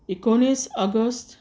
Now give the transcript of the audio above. एकुणीस ऑगस्ट